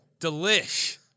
Delish